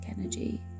energy